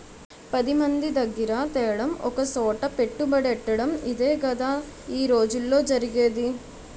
పదిమంది దగ్గిర తేడం ఒకసోట పెట్టుబడెట్టటడం ఇదేగదా ఈ రోజుల్లో జరిగేది